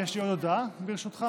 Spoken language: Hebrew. יש לי עוד הודעה, ברשותך.